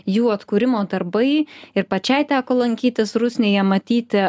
jų atkūrimo darbai ir pačiai teko lankytis rusnėje matyti